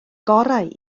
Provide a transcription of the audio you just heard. gorau